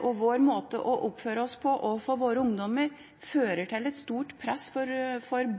og vår måte å oppføre oss på overfor våre ungdommer legger et stort press på